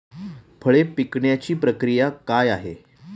फळे पिकण्याची प्रक्रिया काय आहे?